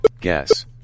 Guess